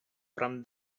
from